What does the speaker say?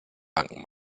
banken